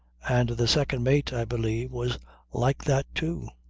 and the second mate, i believe, was like that too.